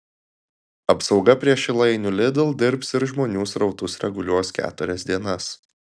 apsauga prie šilainių lidl dirbs ir žmonių srautus reguliuos keturias dienas